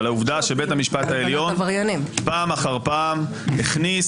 על העובדה שבית המשפט העליון פעם אחר פעם הכניס,